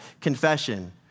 Confession